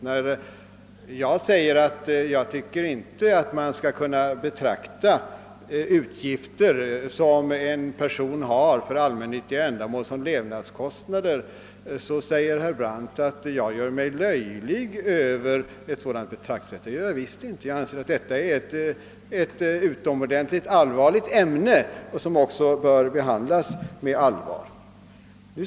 När jag säger att man inte bör betrakta utgifter som en person har för allmännyttiga ändamål såsom levnadskostnader, så anser herr Brandt att jag försöker göra mig löjlig över ett sådant betraktelsesätt. Det gör jag visst inte. Jag anser att detta är ett allvarligt ämne, som också bör behandlas med allvar.